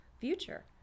future